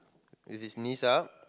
with his knees up